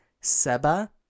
Seba